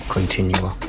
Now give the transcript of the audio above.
Continua